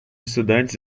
estudantes